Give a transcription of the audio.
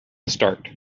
start